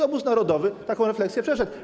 Obóz narodowy taką refleksję przeszedł.